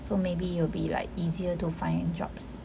so maybe it will be like easier to find jobs